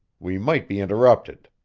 we might be interrupted.